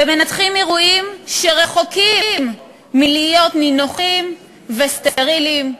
ומנתחים אירועים שרחוקים מלהיות נינוחים וסטריליים.